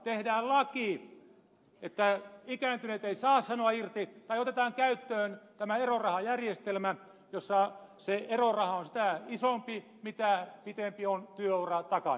tehdään laki että ikääntyneitä ei saa sanoa irti tai otetaan käyttöön tämä erorahajärjestelmä jossa eroraha on sitä isompi mitä pitempi työura on takana